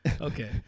okay